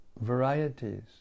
varieties